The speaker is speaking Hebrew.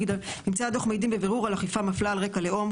ממצאי הדוח מעידים בבירור על אכיפה מפלה על רקע לאום,